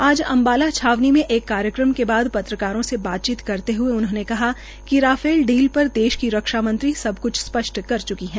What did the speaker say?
आज अम्बाला छावनी में एक कार्यक्रम के बाद पत्रकारों से बातचीत करते हए उन्होंने कहा कि राफेल डील पर देश की रक्षा मंत्री सब क्छ स्पष्ट कर च्की है